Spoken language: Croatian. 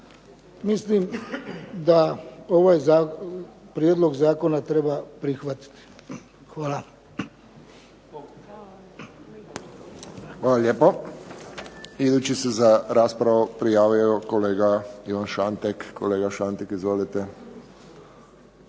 mislim da ovaj prijedlog zakona treba prihvatiti. Hvala. **Friščić, Josip (HSS)** Hvala lijepo. Idući se za raspravu prijavio kolega Ivan Šantek. Kolega Šantek, izvolite.